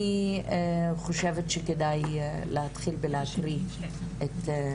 אני חושבת שכדאי להתחיל בלהקריא את הנוסח,